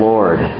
Lord